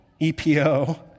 EPO